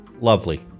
Lovely